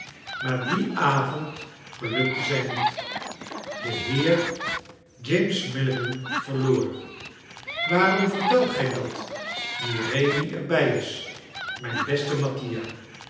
maar dien avond gelukte zij niet de heer james milligan verloor waarom vertelt gij dat nu rémi er bij is mijn beste mattia